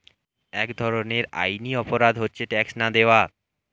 এক ধরনের আইনি অপরাধ হচ্ছে ট্যাক্স না দেওয়া